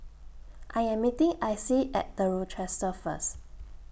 I Am meeting Icie At The Rochester First